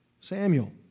Samuel